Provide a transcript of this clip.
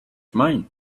mine